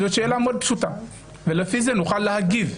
זאת שאלה מאוד פשוטה, ולפי התשובה נוכל להגיב.